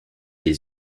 les